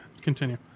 continue